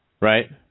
right